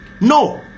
No